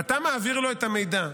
ואתה מעביר לו את המידע,